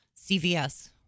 CVS